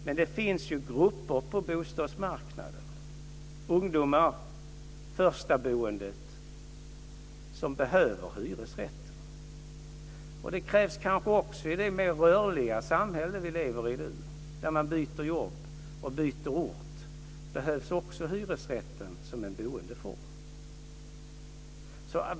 Men det finns grupper på bostadsmarknaden, ungdomar, det första boendet, som behöver hyresrätten. Den behövs kanske också i det mer rörliga samhälle vi lever i nu. När man byter jobb och byter ort behövs hyresrätten som boendeform.